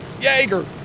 Jaeger